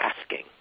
asking